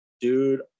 dude